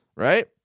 Right